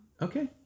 okay